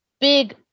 big